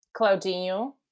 Claudinho